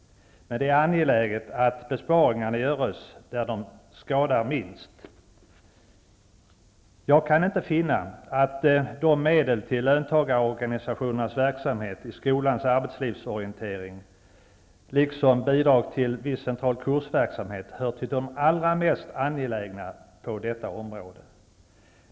Men det är angeläget att besparingarna görs där de skadar minst. Jag kan inte finna att medel till löntagarorganisationernas verksamhet i skolans arbetslivsorientering, liksom bidrag till viss central kursverksamhet hör till de allra mest angelägna på detta område.